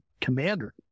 Commander